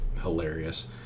hilarious